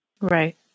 Right